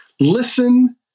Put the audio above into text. Listen